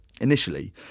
Initially